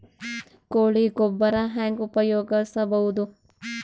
ಕೊಳಿ ಗೊಬ್ಬರ ಹೆಂಗ್ ಉಪಯೋಗಸಬಹುದು?